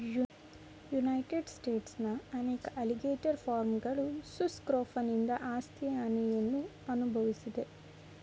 United ಸ್ಟೇಟ್ಸ್ನ ಅನೇಕ alligator ಫಾರ್ಮ್ಗಳು ಸುಸ್ ಸ್ಕ್ರೋಫನಿಂದ ಆಸ್ತಿ ಹಾನಿಯನ್ನು ಅನ್ಭವ್ಸಿದೆ